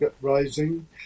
rising